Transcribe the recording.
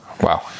wow